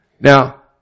Now